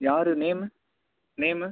யார் name name